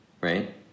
right